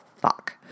fuck